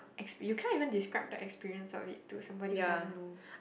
experi~ you cannot even describe the experience of it to somebody who doesn't know